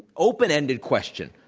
open-ended question,